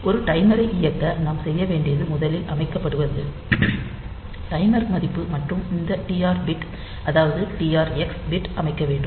எனவே ஒரு டைமரை இயக்க நாம் செய்ய வேண்டியது முதலில் அமைக்கப்படுவது டைமர் மதிப்பு மற்றும் இந்த டிஆர் பிட் அதாவது டிஆர் எக்ஸ் பிட் அமைக்க வேண்டும்